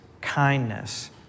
kindness